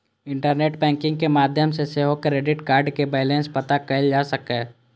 internet banking के माध्यम सं सेहो क्रेडिट कार्डक बैलेंस पता कैल जा सकैए